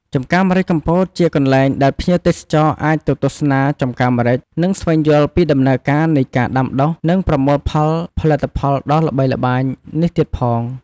ចំការម្រេចកំពតជាកន្លែងដែលភ្ញៀវទេសចរអាចទៅទស្សនាចំការម្រេច និងស្វែងយល់ពីដំណើរការនៃការដាំដុះ និងប្រមូលផលផលិតផលដ៏ល្បីល្បាញនេះទៀតផង។